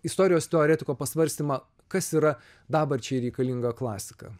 istorijos teoretiko pasvarstymą kas yra dabarčiai reikalinga klasika